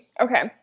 okay